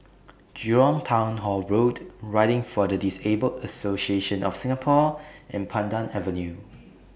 Jurong Town Hall Road Riding For The Disabled Association of Singapore and Pandan Avenue